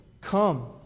come